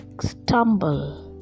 stumble